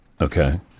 Okay